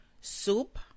Soup